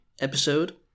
episode